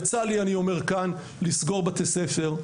יצא לי לסגור בתי ספר,